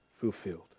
fulfilled